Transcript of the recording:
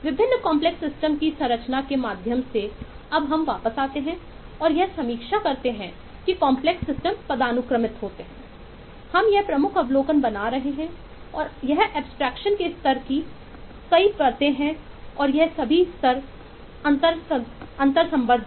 विभिन्न complex system के स्तर की कई परतें हैं और यह सभी स्तर अंतर्संबंध हैं